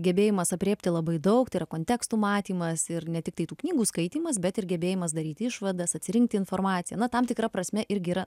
gebėjimas aprėpti labai daug tai yra kontekstų matymas ir ne tiktai tų knygų skaitymas bet ir gebėjimas daryti išvadas atsirinkti informaciją na tam tikra prasme irgi yra